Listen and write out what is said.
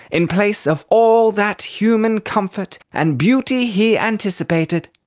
in place of all that human comfort and beauty he anticipated,